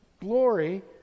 glory